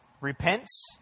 repents